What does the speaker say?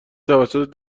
توسط